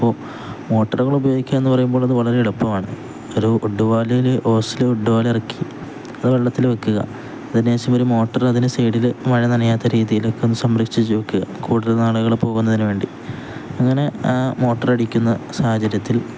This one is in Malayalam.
അപ്പോള് മോട്ടറുകൾ ഉപയോഗിക്കുക എന്നു പറയുമ്പോൾ അതു വളരെ എളുപ്പമാണ് ഒരു ഒഡ്പാലേല് ഓസില് ഒഡപാല്വ് ഇറക്കി അത് വെള്ളത്തില് വയ്ക്കുക അതിനുശേഷം ഒരു മോട്ടോർ അതിനു സൈഡില് മഴ നനയാത്ത രീതിയിലൊക്കെ ഒന്നു സംരക്ഷിച്ചുവയ്ക്കുക കൂടുതൽ നാളുകള് പോകുന്നതിനുവേണ്ടി അങ്ങനെ ആ മോട്ടോറടിക്കുന്ന സാഹചര്യത്തിൽ